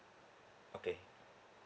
okay